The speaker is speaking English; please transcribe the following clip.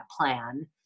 plan